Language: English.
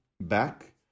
back